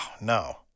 no